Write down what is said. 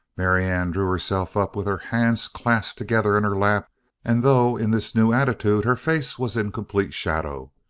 marianne drew herself up with her hands clasped together in her lap and though in this new attitude her face was in complete shadow,